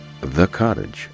thecottage